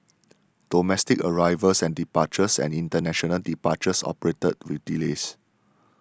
domestic arrivals and departures and international departures operated with delays